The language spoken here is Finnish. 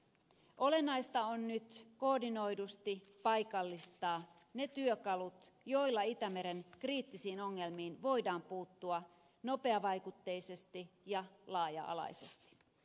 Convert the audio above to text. olennaista on nyt koordinoidusti paikallistaa ne työkalut joilla itämeren kriittisiin ongelmiin voidaan puuttua nopeavaikutteisesti ja laaja alaisesti